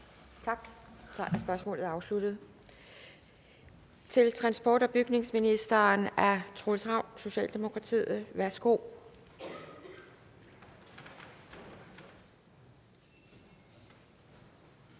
Næste spørgsmål er til transport- og bygningsministeren af Troels Ravn, Socialdemokratiet. Kl.